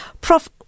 Prof